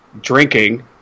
drinking